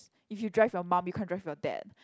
if you drive your mum you can't drive your dad